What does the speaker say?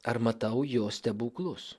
ar matau jo stebuklus